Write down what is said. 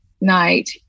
night